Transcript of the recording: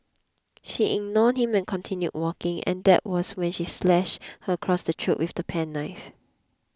she ignored him and continued walking and that was when he slashed her across the throat with the penknife